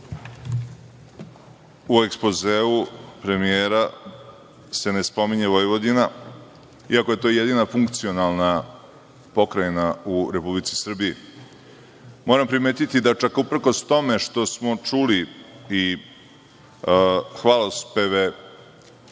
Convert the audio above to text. u ekspozeu premijera se ne spominje Vojvodina, iako je to jedina funkcionalna pokrajina u Republici Srbiji. Moram primetiti da čak uprkos tome što smo čuli i hvalospeve